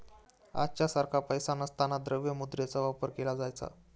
आजच्या सारखा पैसा नसताना द्रव्य मुद्रेचा वापर केला जायचा